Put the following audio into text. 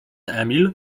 emil